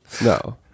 No